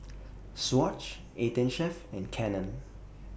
Swatch eighteen Chef and Canon